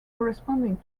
corresponding